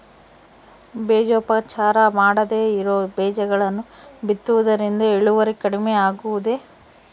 ಬೇಜೋಪಚಾರ ಮಾಡದೇ ಇರೋ ಬೇಜಗಳನ್ನು ಬಿತ್ತುವುದರಿಂದ ಇಳುವರಿ ಕಡಿಮೆ ಆಗುವುದೇ?